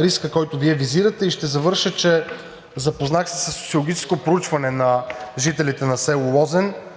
риска, който Вие визирате. И ще завърша – запознах се със социологическо проучване на жителите на село Лозен